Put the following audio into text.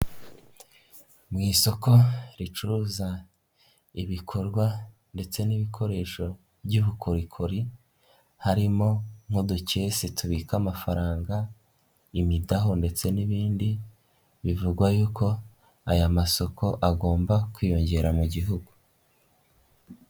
Mu isoko ricuruza ibikorwa ndetse n'ibikoresho by'ubukorikori, harimo nk'uduketse tubika amafaranga, imidaho ndetse n'ibindi, bivugwa yuko aya masoko agomba kwiyongera mu Igihugu.